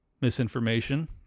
misinformation